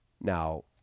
Now